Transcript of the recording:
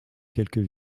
quelques